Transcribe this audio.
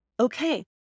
Okay